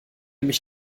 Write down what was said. mich